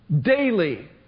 daily